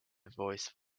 voice